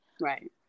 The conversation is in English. Right